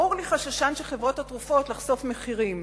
ברור לי חששן של חברות התרופות לחשוף מחירים.